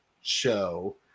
show